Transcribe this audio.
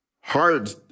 Hard